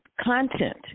content